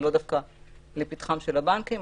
ולאו דווקא לפתחם של הבנקים,